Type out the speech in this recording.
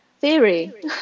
Theory